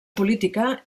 política